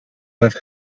with